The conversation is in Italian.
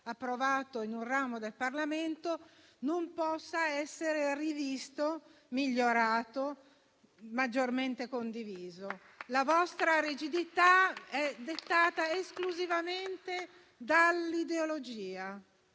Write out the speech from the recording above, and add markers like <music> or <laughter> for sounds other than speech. approvato in un ramo del Parlamento non possa essere rivisto, migliorato o maggiormente condiviso. <applause> La vostra rigidità è dettata esclusivamente dall'ideologia,